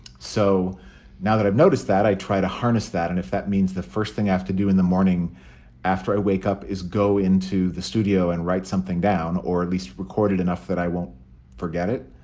so now that i've noticed that, i try to harness that. and if that means the first thing i have to do in the morning after i wake up is go into the studio and write something down, or at least recorded enough that i won't forget it,